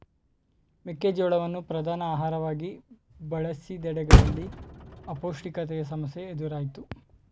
ಮೆಕ್ಕೆ ಜೋಳವನ್ನು ಪ್ರಧಾನ ಆಹಾರವಾಗಿ ಬಳಸಿದೆಡೆಗಳಲ್ಲಿ ಅಪೌಷ್ಟಿಕತೆಯ ಸಮಸ್ಯೆ ಎದುರಾಯ್ತು